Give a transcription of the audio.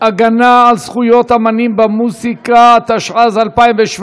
הגנה על זכויות אמנים במוזיקה, התשע"ז 2017,